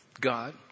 God